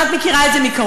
את מכירה את זה מקרוב,